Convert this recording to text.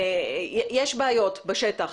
שיש בעיות בשטח,